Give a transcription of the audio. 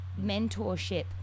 mentorship